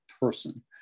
person